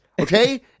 okay